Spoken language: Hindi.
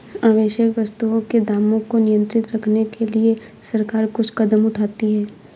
आवश्यक वस्तुओं के दामों को नियंत्रित रखने के लिए सरकार कुछ कदम उठाती है